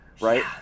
right